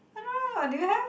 why not do you have